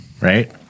right